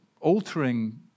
altering